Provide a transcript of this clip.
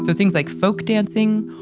so things like folk dancing,